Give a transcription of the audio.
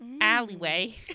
alleyway